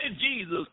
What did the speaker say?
Jesus